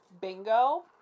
Bingo